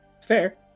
Fair